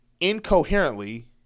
incoherently